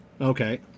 Okay